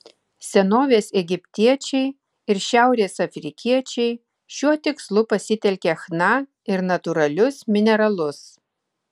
senovės egiptiečiai ir šiaurės afrikiečiai šiuo tikslu pasitelkė chna ir natūralius mineralus